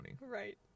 Right